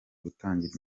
gutangira